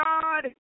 God